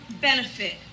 benefit